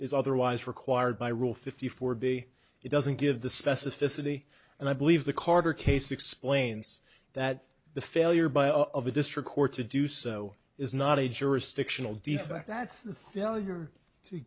is otherwise required by rule fifty four b it doesn't give the specificity and i believe the carter case explains that the failure by all of a district court to do so is not a jurisdictional defect that's the failure to